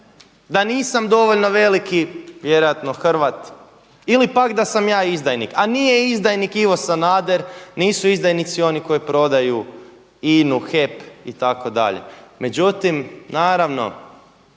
da nisam dovoljno veliki vjerojatno Hrvat ili pak da sam ja izdajnik. A nije izdajnik Ivo Sanader, nisu izdajnici oni koji prodaju INU, HEP itd., međutim naravno